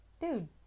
Dude